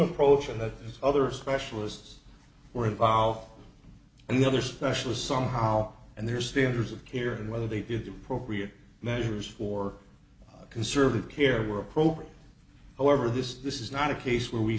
coach and the other specialists were involved and the other specialists somehow and their standards of care and whether they did the appropriate measures for conservative care were appropriate however this is this is not a case where we